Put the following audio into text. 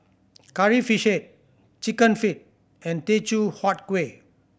Curry Fish Head Chicken Feet and Teochew Huat Kueh